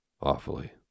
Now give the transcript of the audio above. Awfully